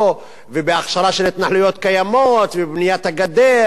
ובהכשרה של התנחלויות קיימות ובבניית הגדר